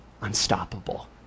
unstoppable